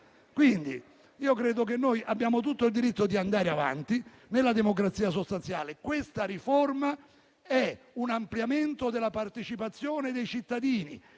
noi. Credo che noi abbiamo tutto il diritto di andare avanti nella democrazia sostanziale. Questa riforma è un ampliamento della partecipazione dei cittadini